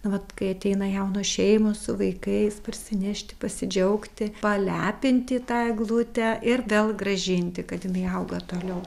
nu vat kai ateina jaunos šeimos su vaikais parsinešti pasidžiaugti palepinti tą eglutę ir vėl grąžinti kad inai auga toliau